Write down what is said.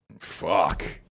Fuck